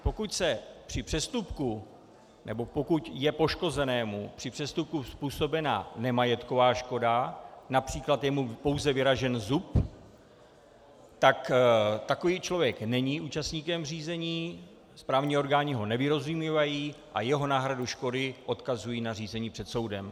Pokud se při přestupku, nebo pokud je poškozenému při přestupku způsobena nemajetková škoda, například je mu pouze vyražen zub, tak takový člověk není účastníkem řízení, správní orgány ho nevyrozumívají a jeho náhradu škody odkazují na řízení před soudem.